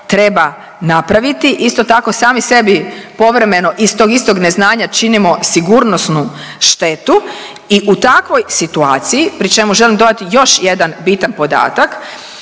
treba napraviti, isto tako sami sebi povremeno iz tog istog neznanja činimo sigurnosnu štetu i u takvoj situaciji, pri čemu želim dodati još jedan bitan podatak